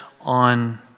on